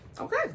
okay